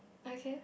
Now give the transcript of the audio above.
okay